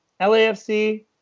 LAFC